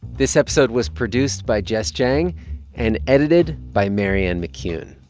this episode was produced by jess jiang and edited by marianne mccune.